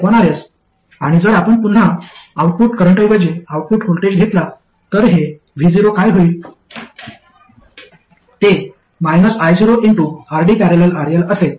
आणि जर आपण पुन्हा आउटपुट करंटऐवजी आउटपुट व्होल्टेज घेतला तर हे vo काय होईल ते -ioRD ।। RL असेल